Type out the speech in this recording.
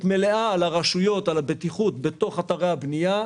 מלאה של הרשויות על הבטיחות בתוך אתרי הבנייה,